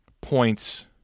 points